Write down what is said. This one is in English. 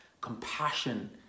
Compassion